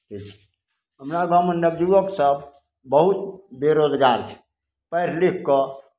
हमरा गाँवमे नवयुवकसभ बहुत बेरोजगार छै पढ़ि लिखि कऽ